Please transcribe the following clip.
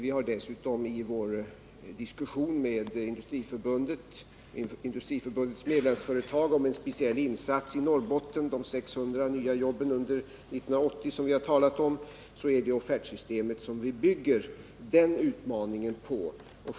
Vi för dessutom en diskussion med Industriförbundets medlemsföretag om en speciell insats i Norrbotten för att åstadkomma de 600 nya jobb under 1980 som vi har talat om. Det är offertsystemet som vi bygger den utmaningen på.